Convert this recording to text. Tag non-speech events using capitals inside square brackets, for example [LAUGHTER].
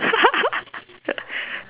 [LAUGHS]